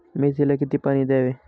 मेथीला किती पाणी द्यावे?